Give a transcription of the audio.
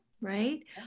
right